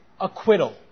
acquittal